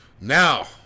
now